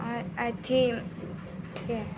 आओर अथीके